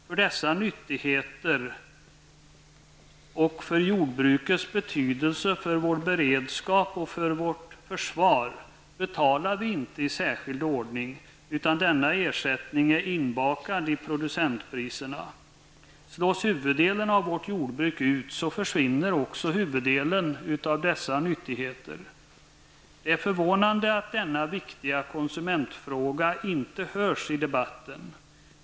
För dessa nyttigheter och för jordbrukets betydelse för vår beredskap och för vårt försvar betalar vi inte i särskild ordning, utan denna ersättning är ''inbakad'' i producentpriserna. Slås huvuddelen av vårt svenska jordbruk ut, försvinner också huvuddelen av dessa nyttigheter. Det är förvånande att denna viktiga konsumentfråga inte hörs i debatten.